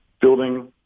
building